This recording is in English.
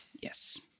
Yes